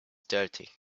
dirty